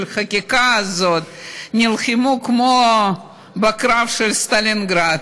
החקיקה הזאת נלחמו כמו בקרב של סטלינגרד.